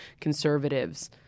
conservatives